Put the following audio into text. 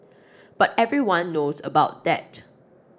but everyone knows about that